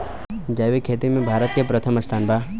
जैविक खेती में भारत के प्रथम स्थान बा